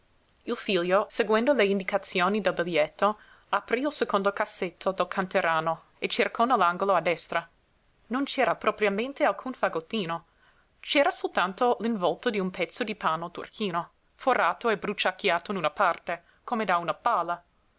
il figlio seguendo le indicazioni del biglietto aprí il secondo cassetto del canterano e cercò nell'angolo a destra non c'era propriamente alcun fagottino c'era soltanto l'involto di un pezzo di panno turchino forato e bruciacchiato in una parte come da una palla